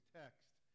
text